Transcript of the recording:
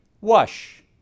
wash